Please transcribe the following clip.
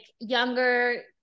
younger